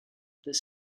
this